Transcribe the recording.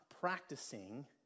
practicing